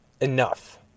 enough